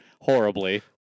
horribly